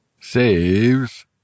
saves